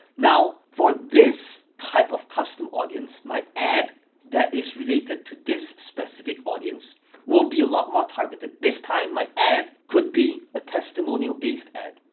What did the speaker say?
now, for this type of custom audience, my ad that is related to this specific audience will be a lot more targeted, this time my ad could be a testimonial-based ad.